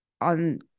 on